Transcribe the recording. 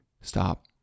stop